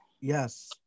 Yes